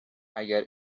اگر